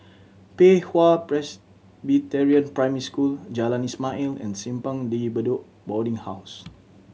Pei Hwa Presbyterian Primary School Jalan Ismail and Simpang De Bedok Boarding House